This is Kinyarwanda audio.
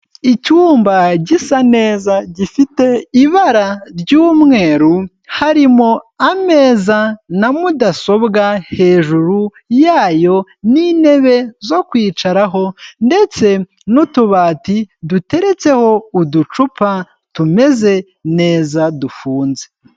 Icyumba gisa neza gifite ibara ry'umweru, harimo ameza na mudasobwa hejuru yayo n'intebe zo kwicaraho, ndetse n'utubati duteretseho uducupa tumeze neza, dufunze.